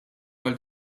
għal